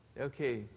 okay